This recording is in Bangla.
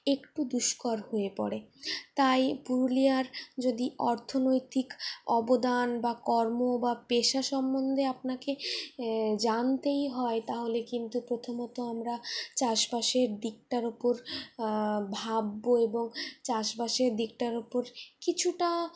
একটু দুষ্কর হয়ে পড়ে তাই পুরুলিয়ার যদি অর্থনৈতিক অবদান বা কর্ম বা পেশা সম্বন্ধে আপনাকে জানতেই হয় তাহলে কিন্তু প্রথমত আমরা চাষবাসের দিকটার উপর ভাবব এবং চাষবাসের দিকটার উপর কিছুটা